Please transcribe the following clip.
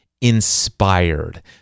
inspired